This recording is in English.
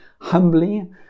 humbly